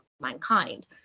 mankind